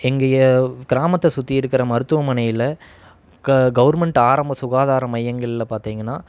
எங்கள் எ கிராமத்தை சுற்றி இருக்கிற மருத்துவமனையில் க கவர்மெண்ட் ஆராம்ப சுகாதார மையங்கள்ல பார்த்திங்கன்னா